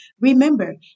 Remember